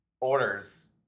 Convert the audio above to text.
orders